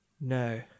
No